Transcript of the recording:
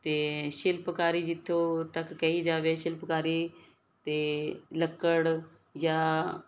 ਅਤੇ ਸ਼ਿਲਪਕਾਰੀ ਜਿੱਥੋਂ ਤੱਕ ਕਹੀ ਜਾਵੇ ਸ਼ਿਲਪਕਾਰੀ ਅਤੇ ਲੱਕੜ ਜਾਂ